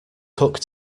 cook